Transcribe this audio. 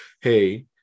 hey